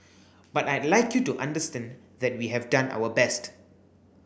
but I'd like you to understand that we have done our best